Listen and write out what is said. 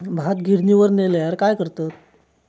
भात गिर्निवर नेल्यार काय करतत?